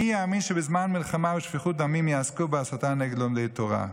מי יאמין שבזמן מלחמה ושפיכות דמים יעסקו בהסתה נגד לומדי תורה.